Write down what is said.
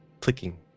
clicking